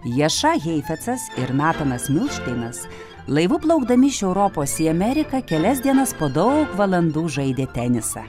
jaša heifetsas ir natanas milšteinas laivu plaukdami iš europos į ameriką kelias dienas po daug valandų žaidė tenisą